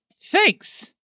thanks